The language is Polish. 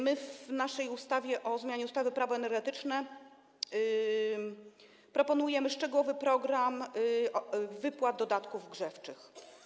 My w naszej ustawie o zmianie ustawy Prawo energetyczne proponujemy szczegółowy program wypłat dodatków grzewczych.